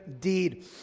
deed